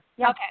Okay